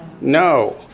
No